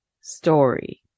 story